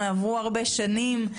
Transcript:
עברו הרבה שנים.